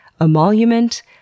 emolument